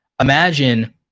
imagine